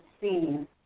seen